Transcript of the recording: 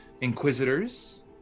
inquisitors